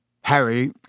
Harry